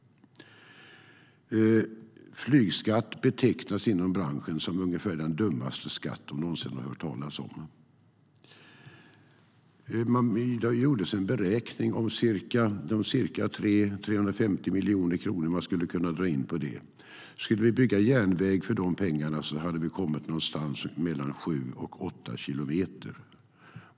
Flygskatt betecknas inom branschen som ungefär den dummaste skatt de någonsin har hört talas om. Det gjordes en beräkning om de ca 300-350 miljoner kronor man skulle kunna dra in på det. Skulle vi bygga järnväg för de pengarna hade vi kommit någonstans mellan 7 och 8 kilometer.